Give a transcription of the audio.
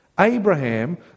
Abraham